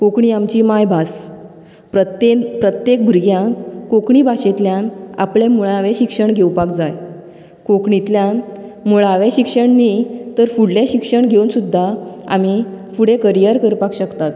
कोंकणी आमची मायभास प्रत्येन प्रत्येक भुरग्यान कोंकणी भाशेंतल्यान आपले मुळावें शिक्षण घेवपाक जाय कोंकणीतल्यान मुळावें शिक्षण न्ही तर फुडले शिक्षण घेवन सुद्दां आमी फुडे करियर करपाक शकतात